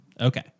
Okay